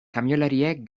kamioilariek